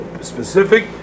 specific